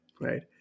right